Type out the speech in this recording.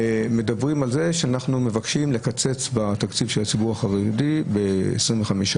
מדברים על בקשה לקצץ בתקציב של הציבור החרדי ב-25%,